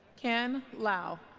can liao